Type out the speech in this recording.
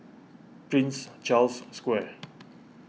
Prince Charles Square